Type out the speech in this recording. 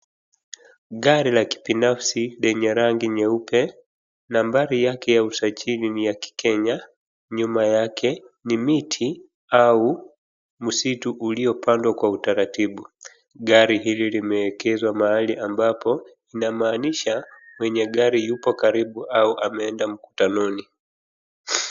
Gari la kibinafsi lenye rangi nyeupe, nambari yake ya usajili ni ya Kikenya, nyuma yake ni miti au msitu uliopandwa kwa utaratibu. Gari hili limeekezwa mahali ambapo inamaanisha mwenye gari yuko karibu au ameenda mkutanoni.